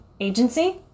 agency